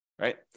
right